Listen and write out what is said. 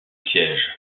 siège